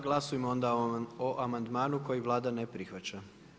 Glasujmo onda o amandmanu koji Vlada ne prihvaća.